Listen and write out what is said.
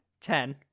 Ten